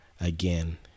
again